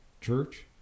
church